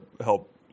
help